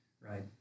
right